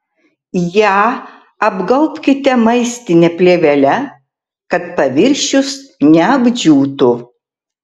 ją apgaubkite maistine plėvele kad paviršius neapdžiūtų